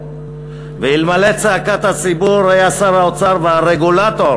ואלמלא צעקת הציבור היו שר האוצר והרגולטור